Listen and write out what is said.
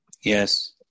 Yes